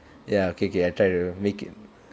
ya okay okay I try to make it